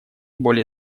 более